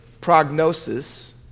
prognosis